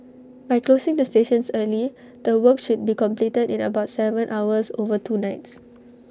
by closing the stations early the work should be completed in about Seven hours over two nights